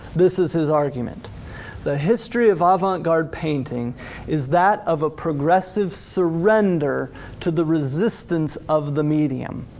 this is his argument the history of avant-garde painting is that of a progressive surrender to the resistance of the medium.